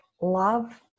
love